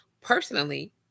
personally